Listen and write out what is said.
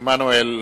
עמנואל,